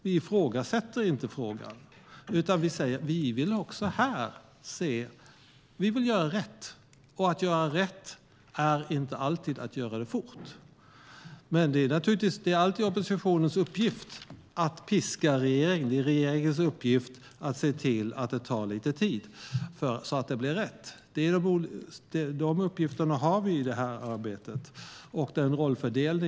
Vi ifrågasätter inte detta, utan vi säger: Vi vill också här se på det. Vi vill göra rätt. Och att göra det rätt är inte alltid att göra det fort. Men det är alltid oppositionens uppgift att piska regeringen. Det är regeringens uppgift att se till att det tar lite tid, så att det blir rätt. De uppgifterna och den rollfördelningen har vi i det här arbetet.